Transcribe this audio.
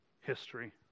history